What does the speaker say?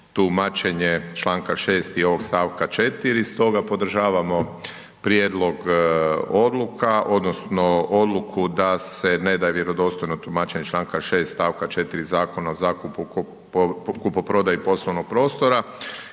tumačenje čl. 6. i ovog st. 4., stoga podržavamo prijedlog odluka odnosno odluku da se ne daje vjerodostojno tumačenje čl. 6. st. 4. Zakona o zakupu i kupoprodaji poslovnog prostora